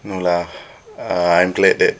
no lah uh I'm glad that